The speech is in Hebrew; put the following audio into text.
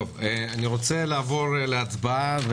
אני רוצה לעבור להצבעה.